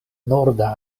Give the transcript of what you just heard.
norda